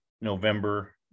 November